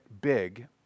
big